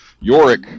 Yorick